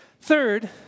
Third